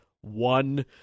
one